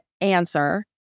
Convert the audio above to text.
answer